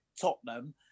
Tottenham